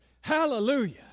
hallelujah